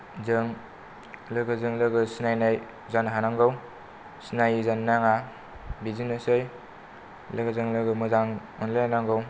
जों लोगोजों लोगो सिनायनाय जानो हानांगौ सिनायि जानो नाङा बिदिनोसै लोगोजों लोगो मोजां अनलायलायनांगौ